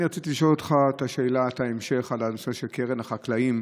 אני רציתי לשאול אותך את שאלת ההמשך על הנושא של קרן החקלאים,